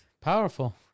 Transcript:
powerful